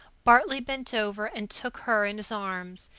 bartley bent over and took her in his arms,